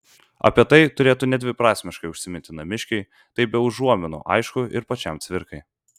apie tai turėtų nedviprasmiškai užsiminti namiškiai tai be užuominų aišku ir pačiam cvirkai